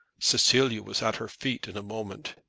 cecilia was at her feet in a moment.